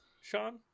Sean